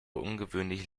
ungewöhnlich